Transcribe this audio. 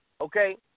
okay